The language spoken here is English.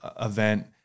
event